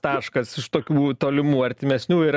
taškas iš tokių tolimų artimesnių ir